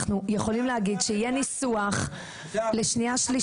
אנחנו יכולים להגיד שיהיה ניסוח לשנייה, שלישית.